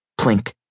Plink